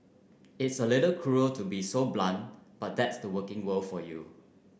it's a little cruel to be so blunt but that's the working world for you